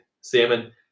salmon